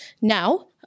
now